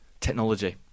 Technology